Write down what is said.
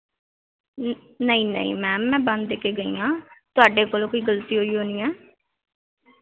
ਨ ਨਹੀਂ ਨਹੀਂ ਮੈਮ ਮੈਂ ਬੰਦ ਕੇ ਗਈ ਹਾਂ ਤੁਹਾਡੇ ਕੋਲੋਂ ਕੋਈ ਗਲਤੀ ਹੋਈ ਹੋਣੀ ਆ